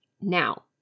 Now